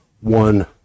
one